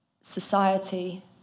society